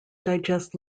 digest